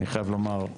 אני חייב לומר,